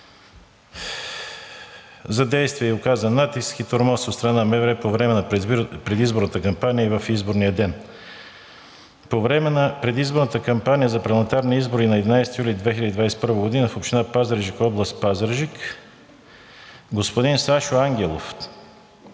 за действие и оказан натиск и тормоз от страна на МВР по време на предизборната кампания в изборния ден. По време на предизборната кампания за парламентарни избори на 11 юли 2021 г. в община Пазарджик, област Пазарджик, господин Сашо Ангелов